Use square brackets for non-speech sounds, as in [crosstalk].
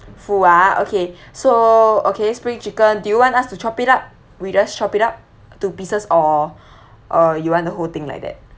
full ah okay so okay spring chicken do you want us to chop it up we just chop it up to pieces or [breath] uh you want the whole thing like that